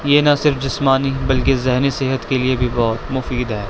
یہ نہ صرف جسمانی بلکہ ذہنی صحت کے لیے بھی بہت مفید ہے